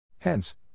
Hence